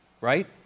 Right